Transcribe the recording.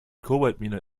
kobaltmine